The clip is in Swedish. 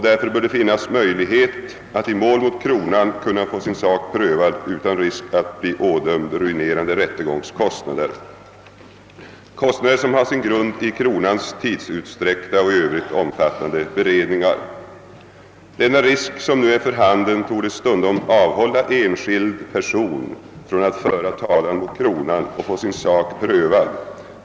Därför bör det finnas möjlighet att i mål mot kronan få sin sak prövad utan risk att bli ådömd ruinerande rättegångskostnader — kostnader som har sin grund i kronans till tiden utdragna och även i övrigt omfattande beredningar. Denna risk, som nu är för handen, torde stundom avhålla enskild person från att föra talan mot kronan och få sin sak prövad.